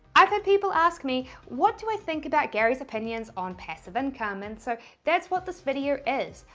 i've had people ask me what do i think about gary's opinions on passive income. and so that's what this video is.